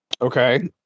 Okay